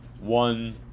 one